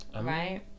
right